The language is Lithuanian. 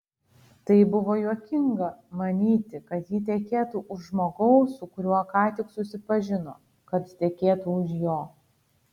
tai buvo juokinga manyti kad ji tekėtų už žmogaus su kuriuo ką tik susipažino kad tekėtų už jo